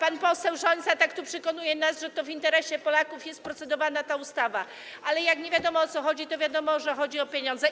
Pan poseł Rzońca tak tu przekonuje nas, że to w interesie Polaków jest procedowana ta ustawa, ale jak nie wiadomo, o co chodzi, to wiadomo, że chodzi o pieniądze.